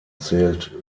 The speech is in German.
zählt